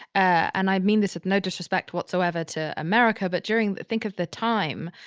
and i mean this is no disrespect whatsoever to america. but during, think of the time,